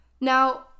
Now